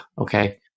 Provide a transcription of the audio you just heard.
Okay